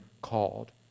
called